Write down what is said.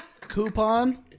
Coupon